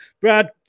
Brad